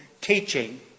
teaching